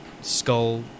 Skull